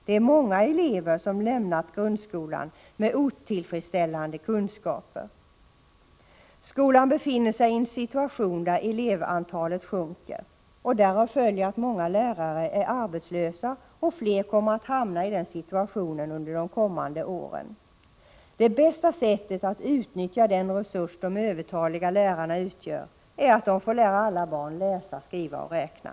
Det är många elever som lämnat grundskolan med otillfredsställande kunskaper. Skolan befinner sig i en situation där elevantalet sjunker. Därav följer att många lärare i dag är arbetslösa, och fler kommer att hamna i den situationen under de närmaste åren. Det bästa sättet att utnyttja den resurs de övertaliga lärarna utgör är att de får lära alla barn läsa, skriva och räkna.